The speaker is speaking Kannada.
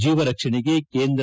ಜೀವ ರಕ್ಷಣೆಗೆ ಕೇಂದ್ರ